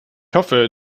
hoffe